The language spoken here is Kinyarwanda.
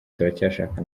turacyashaka